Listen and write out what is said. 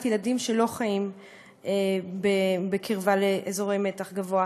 ילדים שלא חיים בקרבה לאזורי מתח גבוה.